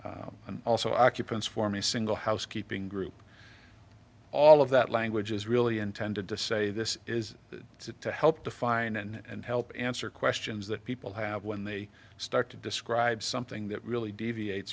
unit and also occupants form a single housekeeping group all of that language is really intended to say this is to help define and help answer questions that people have when they start to describe something that really deviate